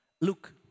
Luke